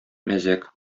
мәзәк